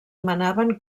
manaven